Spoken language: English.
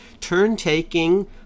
Turn-taking